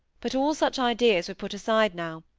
but all such ideas were put aside now,